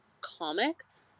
comics